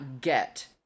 get